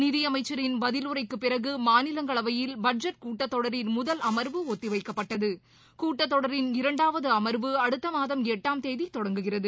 நிதியமைச்சரின் பதிலுரைக்கு பிறகு மாநிலங்களவையில் பட்ஜெட் கூட்டத்தொடரின் முதல் அமர்வு ஒத்திவைக்கப்பட்டது கூட்டத்தொடரின் இரண்டாவது அமர்வு அடுத்த மாதம் எட்டாம் தேதி தொடங்குகிறது